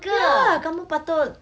ya kamu patut